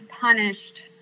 punished